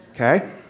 Okay